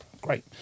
Great